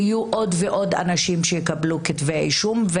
יהיו עוד ועוד אנשים שיקבלו כתבי אישום,